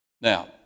Now